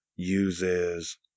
uses